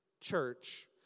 church